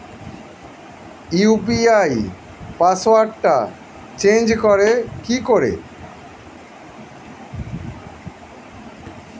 UPI পাসওয়ার্ডটা change করে কি করে?